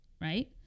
Right